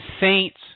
Saints